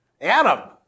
Adam